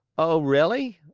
oh, really?